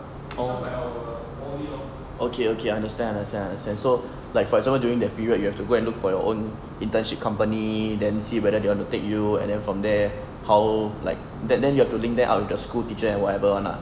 oh okay okay understand understand understand so like for example during that period you have to go and look for your own internship company then see whether they want to take you and then from there how like that then you have to link them up with the school teacher and whatever one lah